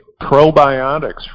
probiotics